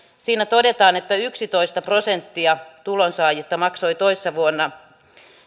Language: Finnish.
siinä todetaan että yksitoista prosenttia tulonsaajista maksoi toissa vuonna